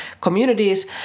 communities